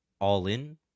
all-in